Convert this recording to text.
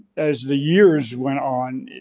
as the years went on,